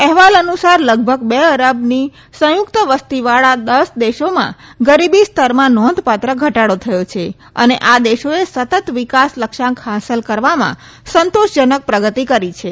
અહેવાલ અનુસાર લગભગ બે અરબની સંયુકત વસ્તી વાળા દસ દેશોમાં ગરીબી સ્તરમાં નોંધપાત્ર ઘટાડો થયો છે અને આ દેશોએ સતત વિકાસ લક્ષ્યાંક હાંસલ કરવામાં સંતોષજનક પ્રગતિ કરી છે